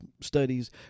studies